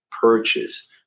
purchase